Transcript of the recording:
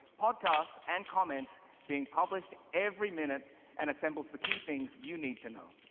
podcasts, and comments being published every minute and assembles the key things you need to know.